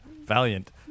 Valiant